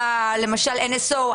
למשל NSO,